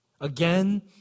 again